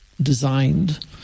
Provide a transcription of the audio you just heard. designed